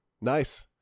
Nice